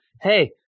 hey